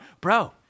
Bro